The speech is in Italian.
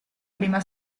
prima